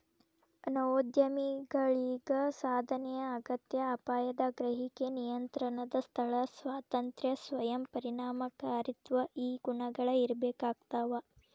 ನವೋದ್ಯಮಿಗಳಿಗ ಸಾಧನೆಯ ಅಗತ್ಯ ಅಪಾಯದ ಗ್ರಹಿಕೆ ನಿಯಂತ್ರಣದ ಸ್ಥಳ ಸ್ವಾತಂತ್ರ್ಯ ಸ್ವಯಂ ಪರಿಣಾಮಕಾರಿತ್ವ ಈ ಗುಣಗಳ ಇರ್ಬೇಕಾಗ್ತವಾ